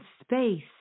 space